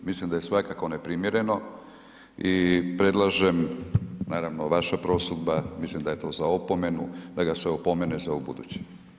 Mislim da je svakako neprimjereno i predlažem, naravno vaša prosudba, mislim da je to za opomenu, da ga se opomene za ubuduće.